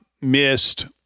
missed